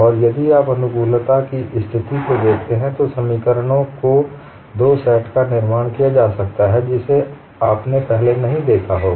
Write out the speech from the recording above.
और यदि आप अनुकूलता की स्थिति को देखते हैं तो समीकरणों के दो सेट का निर्माण किया जा सकता है जिसे आपने पहले नहीं देखा होगा